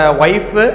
wife